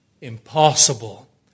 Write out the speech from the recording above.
impossible